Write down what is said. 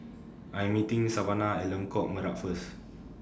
I'm meeting Savanah At Lengkok Merak First